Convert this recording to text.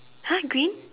!huh! green